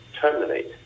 terminate